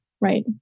right